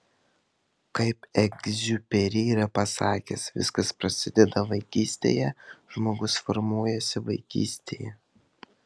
kaip egziuperi yra pasakęs viskas prasideda vaikystėje žmogus formuojasi vaikystėje